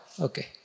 Okay